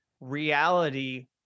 reality